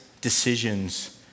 decisions